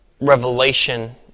revelation